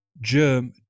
germ